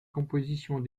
compositions